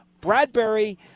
Bradbury